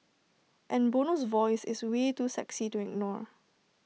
and Bono's voice is way too sexy to ignore